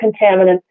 contaminants